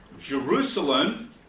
Jerusalem